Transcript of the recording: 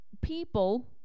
people